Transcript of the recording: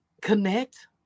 connect